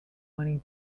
money